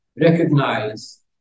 recognize